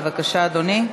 בבקשה, אדוני,